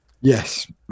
yes